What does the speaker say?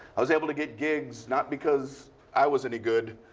i was able to get gigs not because i was any good.